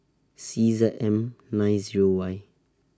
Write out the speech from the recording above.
C Z M nine Zero Y